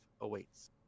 awaits